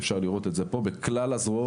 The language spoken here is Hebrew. אפשר לראות את זה פה במצגת בכלל הזרועות,